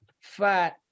fat